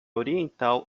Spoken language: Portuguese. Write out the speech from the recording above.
oriental